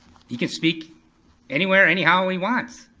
he can speak anywhere, anyhow he wants.